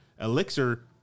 Elixir